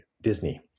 Disney